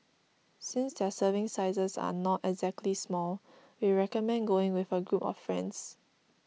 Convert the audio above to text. since their serving sizes are not exactly small we recommend going with a group of friends